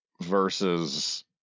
versus